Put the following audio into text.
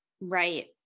Right